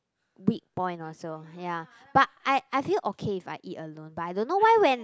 weak point also ya but I I feel okay if I eat alone but I don't know why when